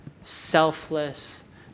selfless